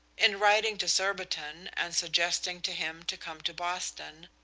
in writing to surbiton and suggesting to him to come to boston,